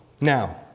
Now